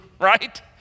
right